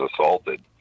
assaulted